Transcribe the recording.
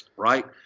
right?